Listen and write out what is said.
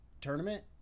tournament